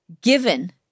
Given